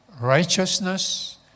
righteousness